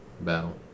battle